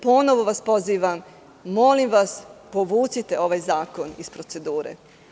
Ponovo vas pozivam i molim da povučete ovaj zakon iz procedure.